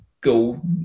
go